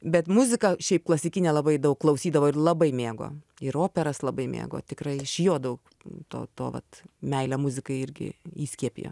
bet muzika šiaip klasikinė labai daug klausydavo ir labai mėgo ir operas labai mėgo tikrai iš jo daug to to vat meilę muzikai irgi įskiepijo